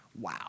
Wow